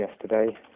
yesterday